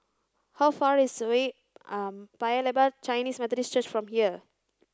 how far is away Paya Lebar Chinese Methodist Church from here